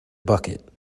bucket